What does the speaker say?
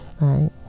right